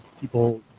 people